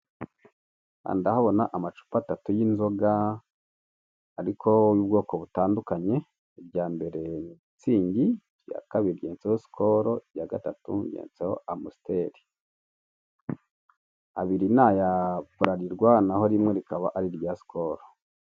Aha ndahabona amacupa atatu y'inzoga ariko y'ubwoko butandukanye, irya mbere ni mitsingi, rya kabiri ryanditseho sikolu orya gatatu ryanditseho amusiteri. Abiri ni aya birarirwa naho rimwerikaba ari arya sikolu.